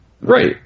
Right